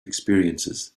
experiences